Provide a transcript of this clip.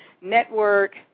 network